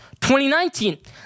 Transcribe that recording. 2019